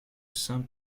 saint